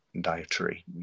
dietary